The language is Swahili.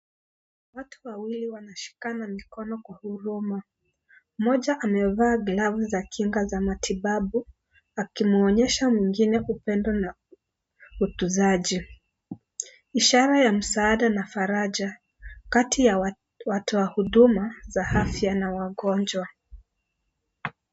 Watu wawili wanashikana mikono kwa huruma mmoja amevaa glavu za kinga za matibabu akimwonyesha mwingine upendo na ukuzaji ishara ya msaada na faraja kati ya watu wa huduma za afya na wagonjwa.